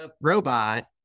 robot